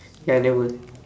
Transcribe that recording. ya never